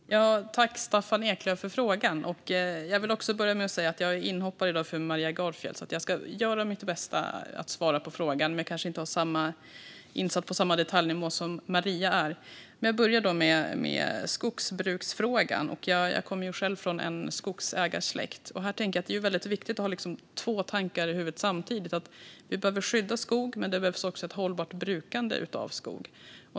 Fru talman! Tack, Staffan Eklöf, för frågan! Jag vill börja med att säga att jag är inhoppare för Maria Gardfjell i dag. Jag ska göra mitt bästa för att svara på frågan, men jag kanske inte är insatt på samma detaljnivå som Maria. Jag börjar med skogsbruksfrågan. Jag kommer själv från en skogsägarsläkt. Det är viktigt att ha två tankar i huvudet samtidigt. Vi behöver skydda skog, men det behövs också ett hållbart brukande av skog.